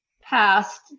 past